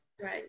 Right